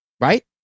Right